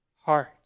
heart